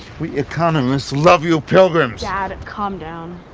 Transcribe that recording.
we economists love you pilgrims! dad, and calm down.